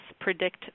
predict